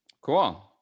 cool